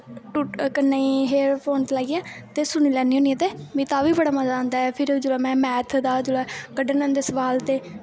कम्में गी earphone लाइयै ते सुनी लैन्नी होन्नी आं ते मिगी तां बी बड़ा मजा आंदा ऐ ते फिर में मैथ दा जिसलै कड्डने होंदे सोआल ते